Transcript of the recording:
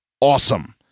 Awesome